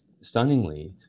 stunningly